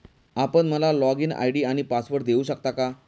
आपण मला login ID आणि पासवर्ड देऊ शकता का?